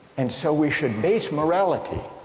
and so we should base morality